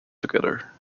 together